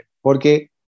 Porque